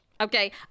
Okay